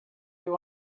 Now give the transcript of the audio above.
you